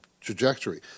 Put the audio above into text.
trajectory